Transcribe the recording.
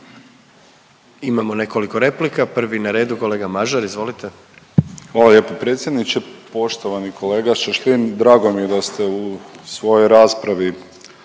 Imamo nekoliko replika. Prvi na redu kolega Mažar. Izvolite. **Mažar, Nikola (HDZ)** Hvala lijepo predsjedniče. Poštovani kolega Šašlin, drago mi je da ste u svojoj raspravi